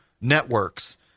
networks